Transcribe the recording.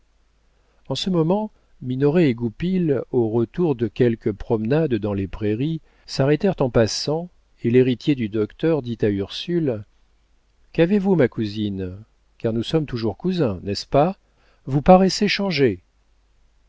en ce moment minoret et goupil au retour de quelque promenade dans les prairies s'arrêtèrent en passant et l'héritier du docteur dit à ursule qu'avez-vous ma cousine car nous sommes toujours cousins n'est-ce pas vous paraissez changée